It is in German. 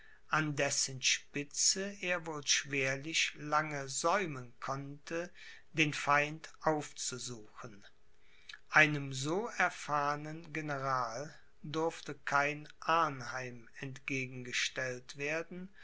an dessen spitze er wohl schwerlich lange säumen konnte den feind aufzusuchen einem so erfahrnen general durfte kein arnheim entgegengestellt werden